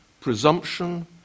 presumption